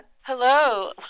Hello